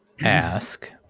ask